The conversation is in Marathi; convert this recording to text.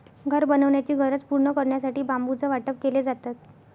घर बनवण्याची गरज पूर्ण करण्यासाठी बांबूचं वाटप केले जातात